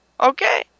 Okay